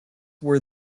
were